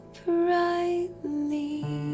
brightly